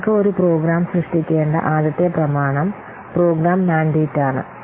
നമ്മൾക്ക് ഒരു പ്രോഗ്രാം സൃഷ്ടിക്കേണ്ട ആദ്യത്തെ പ്രമാണം പ്രോഗ്രാം മാൻഡേറ്റ് ആണ്